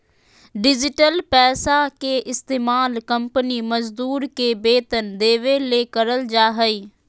digital पैसा के इस्तमाल कंपनी मजदूर के वेतन देबे ले करल जा हइ